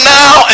now